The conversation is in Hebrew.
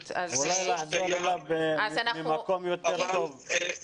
הרגשתי שיש לך בעיות של שמות של ערבים במיוחד.